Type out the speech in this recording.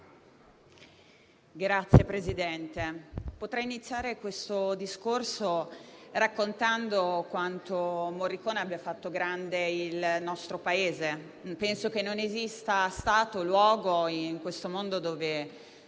Signor Presidente, potrei iniziare questo discorso raccontando quanto Morricone abbia fatto grande il nostro Paese. Penso che non esista Stato o luogo in questo mondo dove